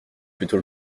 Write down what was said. plutôt